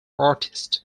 artist